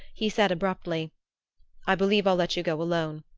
he said abruptly i believe i'll let you go alone.